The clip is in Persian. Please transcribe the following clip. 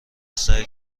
سعی